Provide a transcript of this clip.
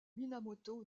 minamoto